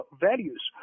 values